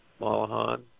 Malahan